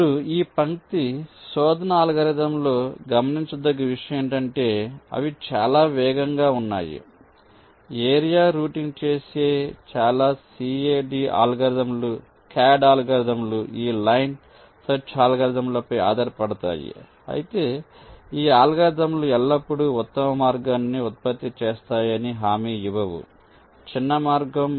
ఇప్పుడు ఈ పంక్తి శోధన అల్గోరిథంలలో గమనించదగ్గ విషయం ఏమిటంటే అవి చాలా వేగంగా ఉన్నాయి ఏరియా రూటింగ్ చేసే చాలా CAD అల్గోరిథంలు ఈ లైన్ సెర్చ్ అల్గోరిథంలపై ఆధారపడతాయి అయితే ఈ అల్గోరిథంలు ఎల్లప్పుడూ ఉత్తమ మార్గాన్ని ఉత్పత్తి చేస్తాయని హామీ ఇవ్వవు చిన్న మార్గం